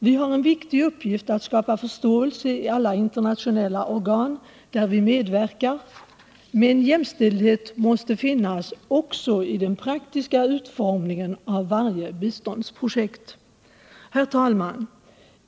Vi har en viktig uppgift att skapa förståelse i alla internationella organ där vi medverkar, men jämställdhet måste finnas med också i den praktiska utformningen av varje biståndsprojekt. Herr talman!